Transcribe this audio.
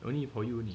only for you only